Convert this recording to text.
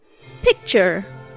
Picture